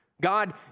God